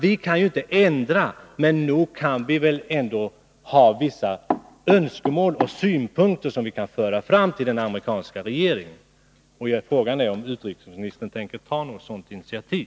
Vi kan inte ändra det, men vi kan ändå ha vissa önskemål och synpunkter, som vi kan föra fram till den amerikanska regeringen. Frågan är om utrikesministern tänker ta något sådant initiativ.